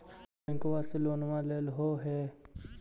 बैंकवा से लोनवा लेलहो हे?